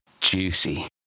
juicy